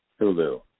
Hulu